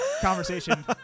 conversation